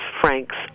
Frank's